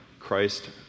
Christ